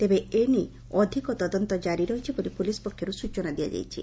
ତେବେ ଏନେଇ ଅଧିକ ତଦନ୍ତ ଜାରି ରହିଛି ବୋଲି ପୁଲିସ ପକ୍ଷରୁ ସୂଚନା ଦିଆଯାଇଛି